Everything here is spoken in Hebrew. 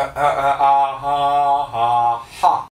אה אה אה אה אה אה אה אה פאק